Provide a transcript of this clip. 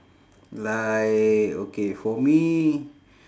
like okay for me